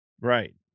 Right